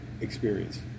experience